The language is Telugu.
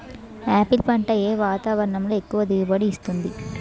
ఆపిల్ పంట ఏ వాతావరణంలో ఎక్కువ దిగుబడి ఇస్తుంది?